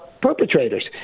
perpetrators